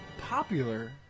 popular